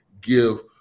give